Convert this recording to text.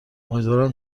امیدوارم